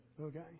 Okay